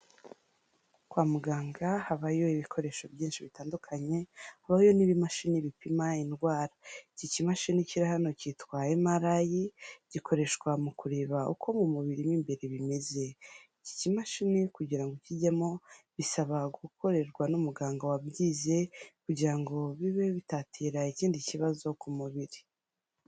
Kwa muganga habayo ibikoresho byinshi bitandukanye habayo n'ibimashini bipima indwara iki kimashini kiri hano cyitwa emarayi gikoreshwa mu kureba uko mu mubiri mo mbere bimeze iki kimashini kugira ukijyemo bisaba gukorerwa n'umuganga wabyize kugira ngo bibe bitagira ikindi kibazo ku mubiri.